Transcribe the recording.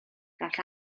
gall